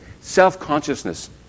Self-consciousness